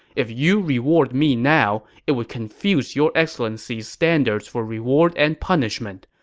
if you reward me now, it would confuse your excellency's standards for reward and punishment.